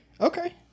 okay